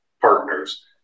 partners